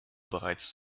bereits